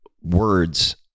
words